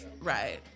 Right